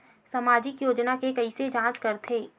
सामाजिक योजना के कइसे जांच करथे?